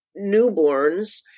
newborns